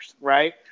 Right